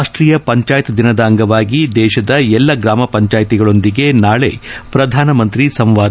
ರಾಷ್ಷೀಯ ಪಂಚಾಯತ್ ದಿನದ ಅಂಗವಾಗಿ ದೇಶದ ಎಲ್ಲಾ ಗ್ರಾಮ ಪಂಚಾಯಿತಿಗಳೊಂದಿಗೆ ನಾಳೆ ಪ್ರಧಾನಮಂತ್ರಿ ಸಂವಾದ